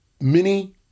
mini